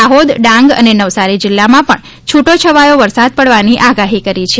દાહોદ ડાંગ અને નવસારી જિલ્લામાં પણ છુટોછવાયો વરસાદ પડવાની આગાહી કરી છે